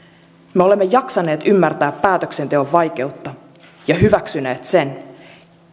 me olemme jaksaneet ymmärtää päätöksenteon vaikeutta ja hyväksyneet sen